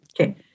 Okay